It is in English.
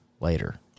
later